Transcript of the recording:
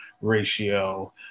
ratio